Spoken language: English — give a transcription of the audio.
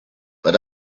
but